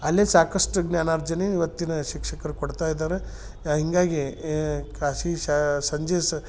ಅಲ್ಲೇ ಸಾಕಷ್ಟು ಜ್ಞಾನಾರ್ಜನೆ ಇವತ್ತಿನ ಶಿಕ್ಷಕರು ಕೊಡ್ತಾಯಿದ್ದಾರೆ ಹೀಗಾಗಿ ಖಾಸ್ಗಿ ಶಾ ಸಂಜೆ ಸ್